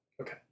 Okay